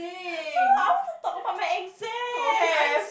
I want to talk about my exam